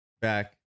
back